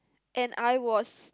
and I was